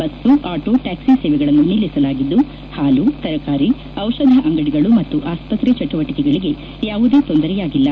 bus auto taxi ಸೇವೆಗಳನ್ನು ನಿಲ್ಲಿಸಲಾಗಿದ್ದು ಹಾಲು ತರಕಾರಿ ಔಷಧ ಅಂಗಡಿಗಳು ಮತ್ತು ಆಸ್ವತ್ರೆ ಚಟುವಟಿಕೆಗಳಿಗೆ ಯಾವುದೇ ತೊಂದರೆ ಆಗಿಲ್ಲ